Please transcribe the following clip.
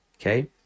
Okay